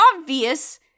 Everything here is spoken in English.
obvious